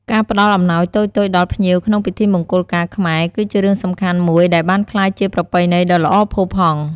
ការផ្តល់អំណោយតូចៗដល់ភ្ញៀវក្នុងពិធីមង្គលការខ្មែរ គឺជារឿងសំខាន់មួយដែលបានក្លាយជាប្រពៃណីដ៏ល្អផូរផង់។